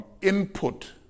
input